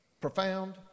Profound